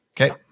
Okay